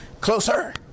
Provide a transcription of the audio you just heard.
closer